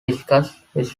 discusses